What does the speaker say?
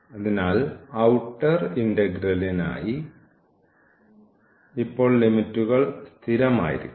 അതിനാൽ ഔട്ടർ ഇന്റഗ്രലിനായി ഇപ്പോൾ ലിമിറ്റുകൾ സ്ഥിരമായിരിക്കണം